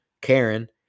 Karen